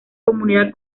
comunidad